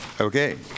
Okay